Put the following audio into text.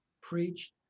preached